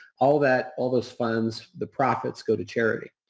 all that, all those funds, the profits go to charity.